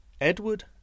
Edward